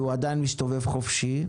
והוא עדיין מסתובב חופשי,